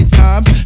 times